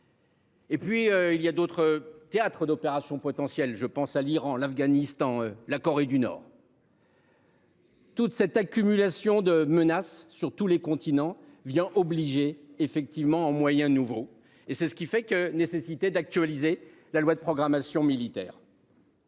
Et puis il y a d'autres théâtres d'opérations potentiel, je pense à l'Iran, l'Afghanistan, la Corée du Nord. Toute cette accumulation de menace sur tous les continents vient obligés effectivement en moyens nouveaux et c'est ce qui fait que nécessitait d'actualiser la loi de programmation militaire.